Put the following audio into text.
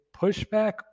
pushback